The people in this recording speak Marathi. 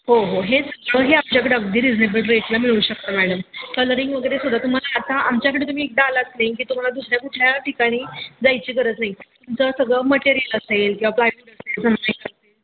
हो हो हे सगळंही आमच्याकडं अगदी रिजनेबल रेटला मिळू शकतं मॅडम कलरिंग वगैरे सुद्धा तुम्हाला आता आमच्याकडं तुम्ही एकदा आलात नाही की तुम्हाला दुसऱ्या कुठल्या ठिकाणी जायची गरज नाही तुमचं सगळं मटेरियल असेल किंवा प्लायवूड असेल